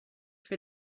for